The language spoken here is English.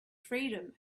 freedom